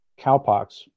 cowpox